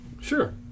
sure